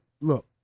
Look